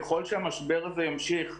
שהאנשים הפשוטים מתקשים למלא את הטופס הזה.